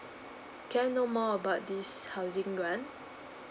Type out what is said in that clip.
can I know more about this housing grant